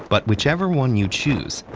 but whichever one you choose,